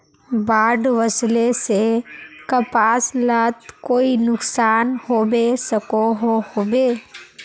बाढ़ वस्ले से कपास लात कोई नुकसान होबे सकोहो होबे?